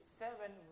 seven